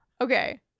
Okay